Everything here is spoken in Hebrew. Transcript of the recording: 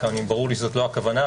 ברור לי שזו לא הכוונה.